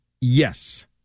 Yes